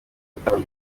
itangwa